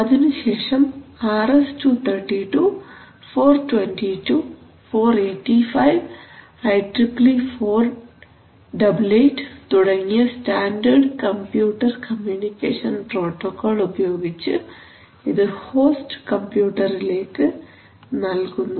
അതിനുശേഷം RS 232 422 485 IEEE 488 തുടങ്ങിയ standard computer communication protocol ഉപയോഗിച്ചു ഇതു ഹോസ്റ്റ് കമ്പ്യൂട്ടറിലേക്ക് നൽകുന്നു